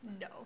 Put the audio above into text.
No